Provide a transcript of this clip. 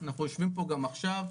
אנחנו יושבים פה גם עכשיו,